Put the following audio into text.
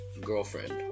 girlfriend